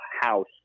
house